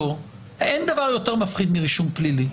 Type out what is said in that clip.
אין דבר יותר מפחיד מרישום פלילי,